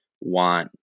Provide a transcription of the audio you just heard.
want